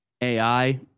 AI